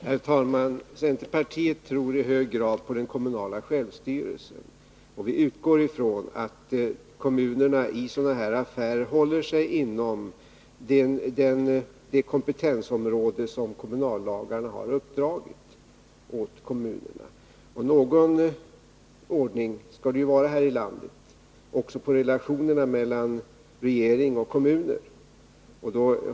Herr talman! Centerpartiet tror i hög grad på den kommunala självstyrelsen. Vi utgår ifrån att kommunerna i sådana här affärer håller sig till det kompetensområde som bestämts i kommunallagarna. Någon ordning skall det ju vara här i landet också när det gäller relationerna mellan regering och kommuner.